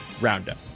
Roundup